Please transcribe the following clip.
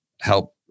help